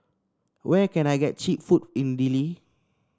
where can I get cheap food in Dili